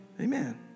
Amen